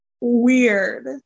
weird